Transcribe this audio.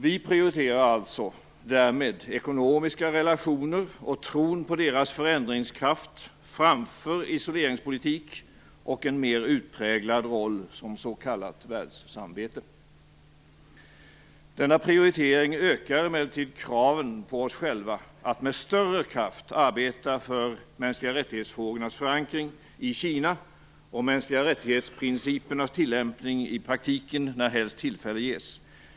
Vi prioriterar alltså därmed ekonomiska relationer och tron på deras förändringskraft framför isoleringspolitik och en mer utpräglad roll som s.k. världssamvete. Denna prioritering ökar emellertid kraven på oss själva att med större kraft arbeta för mänskliga rättighetsfrågornas förankring i Kina och mänskliga rättighetsprincipernas tillämpning i praktiken när helst tillfälle ges.